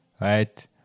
Right